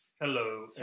Hello